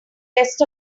rest